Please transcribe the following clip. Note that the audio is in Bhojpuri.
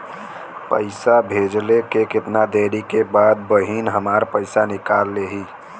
पैसा भेजले के कितना देरी के बाद बहिन हमार पैसा निकाल लिहे?